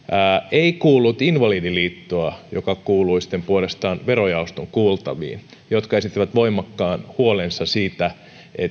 ei kuullut invalidiliittoa joka kuului puolestaan verojaoston kuultaviin ja esitti voimakkaan huolensa siitä